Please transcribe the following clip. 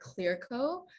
Clearco